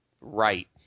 right